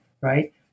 right